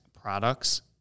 products